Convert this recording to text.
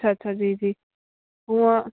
अच्छा अच्छा जी जी हूअं